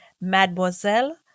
Mademoiselle